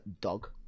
dog